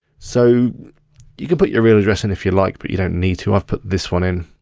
so you can put your real address in if you'd like, but you don't need to. i've put this one in.